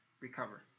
recover